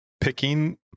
picking